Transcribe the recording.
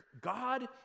God